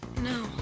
No